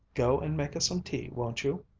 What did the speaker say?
go and make us some tea, won't you?